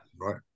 Right